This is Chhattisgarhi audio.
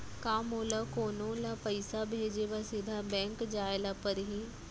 का मोला कोनो ल पइसा भेजे बर सीधा बैंक जाय ला परही?